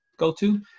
go-to